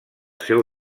seu